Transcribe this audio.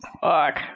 Fuck